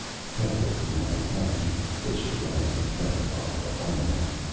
half-way through my account, he fished around and found a bottle of armagnac.